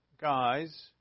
guys